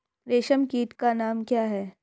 रेशम कीट का नाम क्या है?